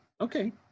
Okay